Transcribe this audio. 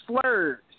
slurs